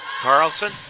Carlson